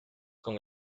con